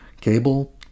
Cable